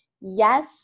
Yes